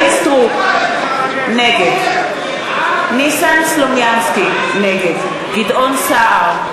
נגד ניסן סלומינסקי, נגד גדעון סער,